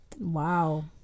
Wow